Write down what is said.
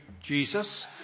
Jesus